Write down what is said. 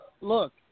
look